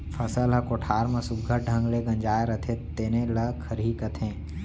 फसल ह कोठार म सुग्घर ढंग ले गंजाय रथे तेने ल खरही कथें